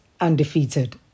undefeated